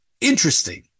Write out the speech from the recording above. interesting